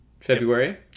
February